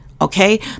okay